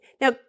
now